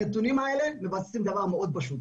הנתונים האלה מבססים דבר מאוד פשוט,